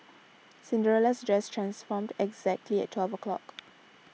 Cinderella's dress transformed exactly at twelve o'clock